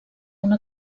una